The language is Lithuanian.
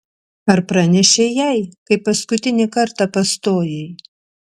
ar pranešei jai kai paskutinį kartą pastojai